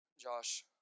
Josh